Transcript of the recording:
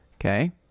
Okay